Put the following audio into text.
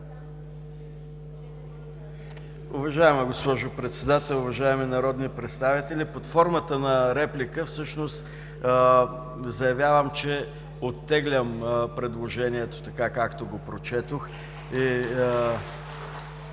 Уважаема госпожо Председател, уважаеми народни представители! Под формата на реплика всъщност заявявам, че оттеглям предложението, така както го прочетох.